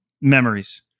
memories